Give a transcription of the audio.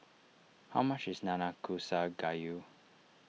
how much is Nanakusa Gayu